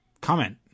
comment